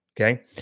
Okay